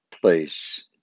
place